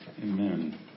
Amen